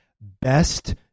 best